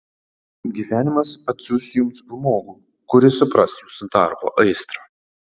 gyvenimas atsiųs jums žmogų kuris supras jūsų darbo aistrą